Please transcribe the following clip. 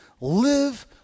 Live